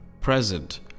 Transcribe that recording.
present